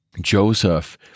Joseph